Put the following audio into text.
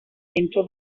into